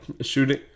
shooting